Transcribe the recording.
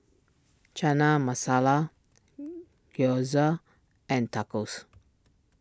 Chana Masala Gyoza and Tacos